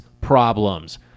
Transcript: problems